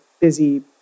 busy